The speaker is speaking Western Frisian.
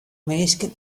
minsken